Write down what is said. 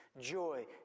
joy